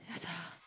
yeah sia